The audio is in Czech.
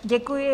Děkuji.